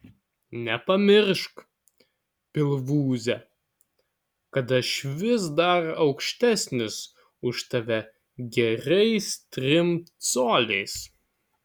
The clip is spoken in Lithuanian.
nepamiršk pilvūze kad aš vis dar aukštesnis už tave gerais trim coliais